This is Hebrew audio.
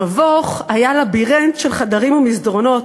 המבוך היה לבירינת של חדרים ומסדרונות,